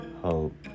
hope